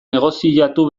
negoziatu